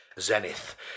zenith